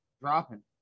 Dropping